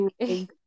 okay